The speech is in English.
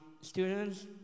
students